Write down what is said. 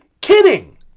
kidding